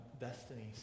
destinies